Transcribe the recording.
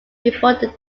before